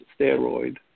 steroid